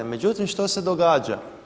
Međutim, što se događa?